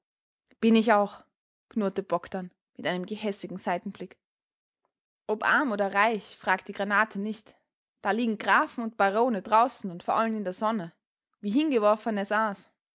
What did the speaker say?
bin ich auch knurrte bogdn mit einem gehässigen seitenblick ob arm oder reich fragt die granate nicht da liegen grafen und barone draußen und faulen in der sonne wie hingeworfenes aas